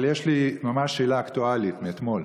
אבל יש לי ממש שאלה אקטואלית, מאתמול.